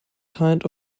kind